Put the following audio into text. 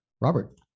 Robert